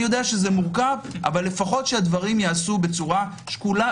אני יודע שזה מורכב אבל לפחות שהדברים ייעשו בצורה שקולה.